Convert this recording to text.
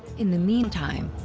in the meantime,